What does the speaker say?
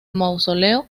mausoleo